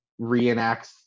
reenacts